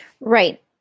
Right